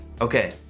Okay